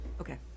Okay